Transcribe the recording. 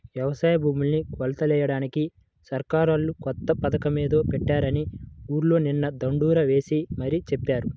యవసాయ భూముల్ని కొలతలెయ్యడానికి సర్కారోళ్ళు కొత్త పథకమేదో పెట్టారని ఊర్లో నిన్న దండోరా యేసి మరీ చెప్పారు